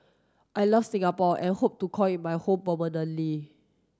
I love Singapore and hope to call it my home permanently